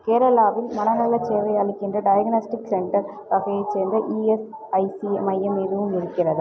கேரளாவில் மனநலச் சேவை அளிக்கின்ற டயக்னாஸ்டிக் சென்டர் வகையை சேர்ந்த இஎஸ்ஐசி மையம் எதுவும் இருக்கிறதா